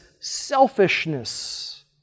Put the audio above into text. selfishness